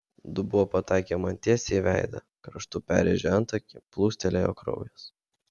dubuo pataikė man tiesiai į veidą kraštu perrėžė antakį plūstelėjo kraujas